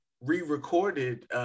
re-recorded